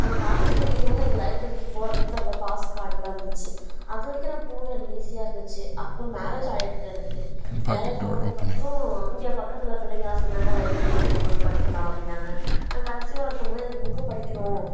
அங்கே காலேஜ் படிக்கும் போது எனக்கு லைப்ரரிக்கு போகிறதுக்கு அந்த பாஸ் கார்டுலாம் இருந்துச்சு அது வரைக்கும் நான் போக எனக்கு ஈஸியாக இருந்துச்சு அப்பறம் மேரேஜ் ஆகிடுத்து எனக்கு மேரேஜ் ஆனதுக்கப்பறம் இங்கே பக்கத்தில் பிள்ளைங்களாம் சொன்னாங்க லைப்ரரி இருக்குது போயி படிக்கலாம் அப்டின்னாங்க நா கன்சீவ்வாக இருக்கும் போது எனக்கு புக்கு படிக்கணும்